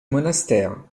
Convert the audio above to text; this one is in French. monastère